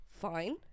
fine